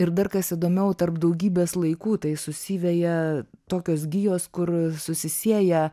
ir dar kas įdomiau tarp daugybės laikų tai susiveja tokios gijos kur susisieja